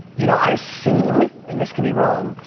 you know, i assume, and this could be wrong,